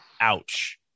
Ouch